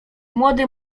młody